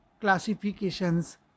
classifications